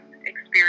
experience